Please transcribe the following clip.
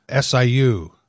SIU